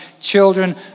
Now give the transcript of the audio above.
children